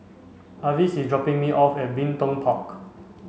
Avis is dropping me off at Bin Tong Park